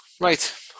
Right